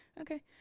Okay